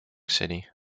city